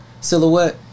silhouette